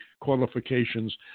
qualifications